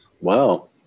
Wow